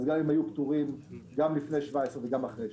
גם היו פטורים גם לפני 17' וגם אחרי.